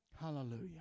Hallelujah